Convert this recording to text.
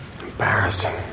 embarrassing